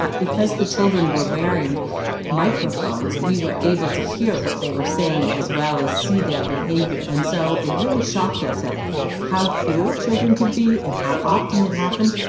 but because the children were wearing microphones, we were able to hear what they were saying as well as see their behavior. and so, it really shocked us at how cruel children could be and how often it happened.